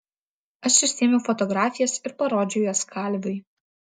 aš išsiėmiau fotografijas ir parodžiau jas kalviui